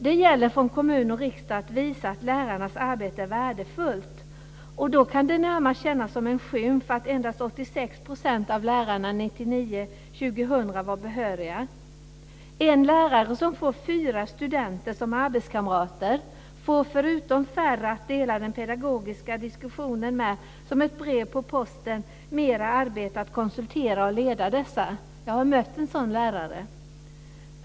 Det gäller från kommun och riksdag att visa att lärarnas arbete är värdefullt. Det kan närmast kännas som en skymf att endast 86 % av lärarna 1999/2000 En lärare som får fyra studenter som arbetskamrater får förutom färre att dela den pedagogiska diskussionen med som ett brev på posten mera arbete att konsultera och leda dessa. Jag har mött en sådan lärare.